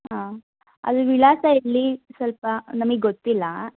ಹಾಂ ಅಲ್ಲಿ ವಿಳಾಸ ಎಲ್ಲಿ ಸ್ವಲ್ಪ ನಮಗ್ ಗೊತ್ತಿಲ್ಲವಾ